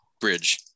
bridge